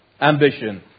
ambition